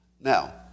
Now